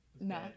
No